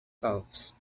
phelps